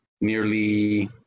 nearly